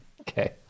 Okay